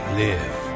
live